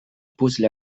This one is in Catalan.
puzle